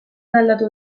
aldatu